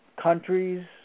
countries